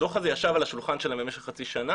הדוח הזה ישב על השולחן שלהם במשך חצי שנה